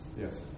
Yes